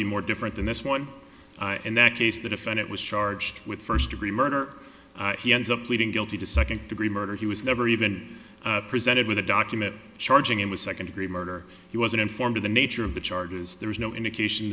be more different than this one and that case the defendant was charged with first degree murder he ends up pleading guilty to second degree murder he was never even presented with a document charging him with second degree murder he wasn't informed of the nature of the charges there was no indication